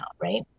right